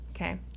okay